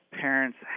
parents